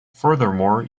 furthermore